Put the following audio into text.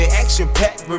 action-packed